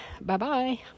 Bye-bye